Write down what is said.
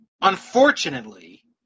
Unfortunately